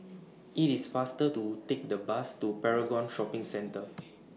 IT IS faster to Take The Bus to Paragon Shopping Centre